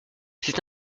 c’est